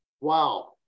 wow